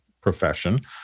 profession